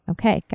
Okay